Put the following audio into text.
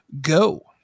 go